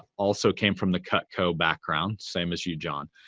also came from the cutco background. same as you, jon.